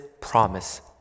promise